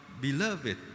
beloved